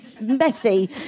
messy